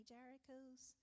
Jerichos